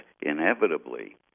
inevitably